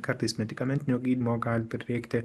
kartais medikamentinio gydymo gali prireikti